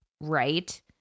right